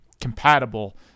compatible